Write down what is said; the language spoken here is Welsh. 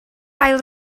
ail